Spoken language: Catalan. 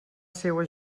seua